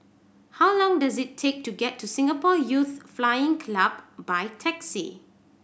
how long does it take to get to Singapore Youth Flying Club by taxi